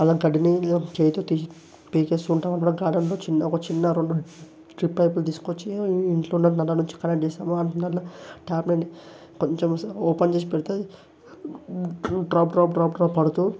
అలా గడ్డిని చేతితో పీకేస్తుంటాము అపుడు గార్డెన్లో చిన్న ఒక చిన్న రెండు డ్రిప్ పైపులు తీసుకొచ్చి ఇంట్లోనున్న నల్లా నుంచి కనెక్ట్ చేస్తాము అపుడు టాప్ వాల్వ్ను కొంచెం ఓపెన్ చేసి పెడితే డ్రాప్ డ్రాప్ డ్రాప్ డ్రాప్ పడుతూ